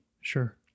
Sure